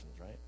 right